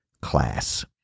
class